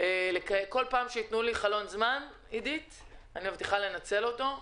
שבכל פעם שיתנו לי חלון זמן אנצל אותו.